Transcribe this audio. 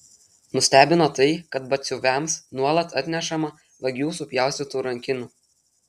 nustebino tai kad batsiuviams nuolat atnešama vagių supjaustytų rankinių